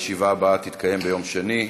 הישיבה הבאה תתקיים ביום שני,